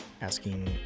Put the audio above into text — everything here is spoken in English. asking